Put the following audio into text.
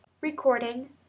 Recording